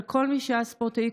אבל כל מי שהיה ספורטאי,